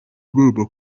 agomba